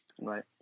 Right